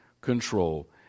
control